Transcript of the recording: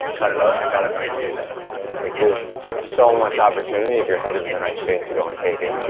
cut it up and got a million views out of it. like there's so much opportunity if your head is in the right space to go and take it.